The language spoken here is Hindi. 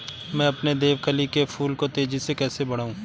मैं अपने देवकली के फूल को तेजी से कैसे बढाऊं?